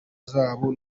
zarwo